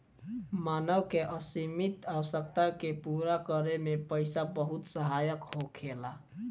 मानव के असीमित आवश्यकता के पूरा करे में पईसा बहुत सहायक होखेला